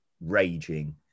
raging